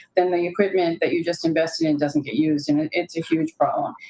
then the equipment that you just invested in doesn't get used. and it's a huge problem.